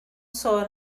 sôn